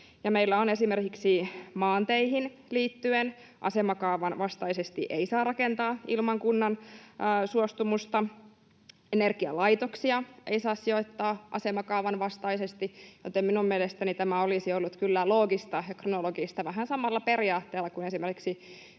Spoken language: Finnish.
Meillä esimerkiksi maanteihin liittyen asemakaavan vastaisesti ei saa rakentaa ilman kunnan suostumusta, energialaitoksia ei saa sijoittaa asemakaavan vastaisesti, joten minun mielestäni tämä olisi ollut kyllä loogista ja kronologista tehdä vähän samalla periaatteella kuin esimerkiksi